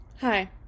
Hi